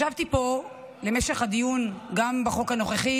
ישבתי פה במשך הדיון גם בחוק הנוכחי